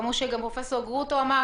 אבל אמרו שגם פרופ' גרוטו אמר